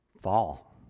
fall